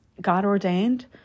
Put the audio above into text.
God-ordained